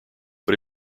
but